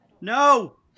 No